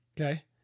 Okay